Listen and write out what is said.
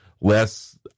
less